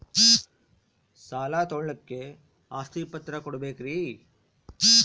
ಸಾಲ ತೋಳಕ್ಕೆ ಆಸ್ತಿ ಪತ್ರ ಕೊಡಬೇಕರಿ?